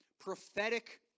Prophetic